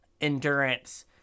endurance